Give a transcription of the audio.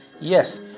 Yes